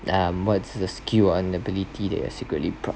ah what's the skill and ability that you are secretly proud